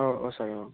अह अह सार अह